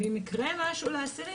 ואם יקרה משהו לאסירים,